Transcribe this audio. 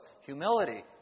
humility